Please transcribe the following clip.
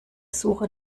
suche